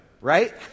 right